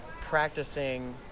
practicing